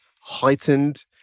heightened